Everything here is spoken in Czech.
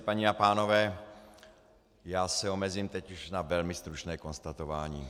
Paní a pánové, já se omezím teď už na velmi stručné konstatování.